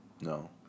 no